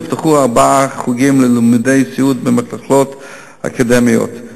ונפתחו ארבעה חוגים ללימודי סיעוד במכללות אקדמיות,